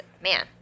man